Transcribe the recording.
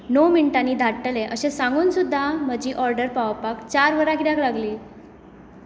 णव मिणटांनी धाडटले अशें सांगून सुद्दां म्हजी ऑर्डर पावोवपाक चार वरां कित्याक लागलीं